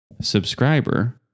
subscriber